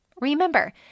Remember